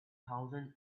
thousand